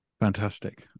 Fantastic